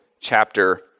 chapter